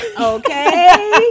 Okay